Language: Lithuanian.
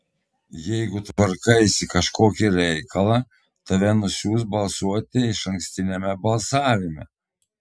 jeigu tvarkaisi kažkokį reikalą tave nusiųs balsuoti išankstiniame balsavime